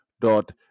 dot